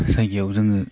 जायगायाव जोङो